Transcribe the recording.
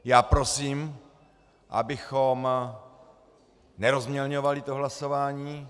Já prosím, abychom nerozmělňovali to hlasování.